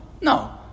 No